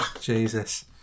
Jesus